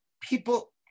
people